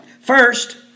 First